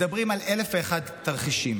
מדברים על אלף ואחד תרחישים.